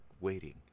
waiting